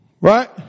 Right